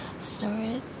Stories